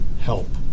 help